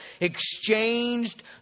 exchanged